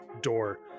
door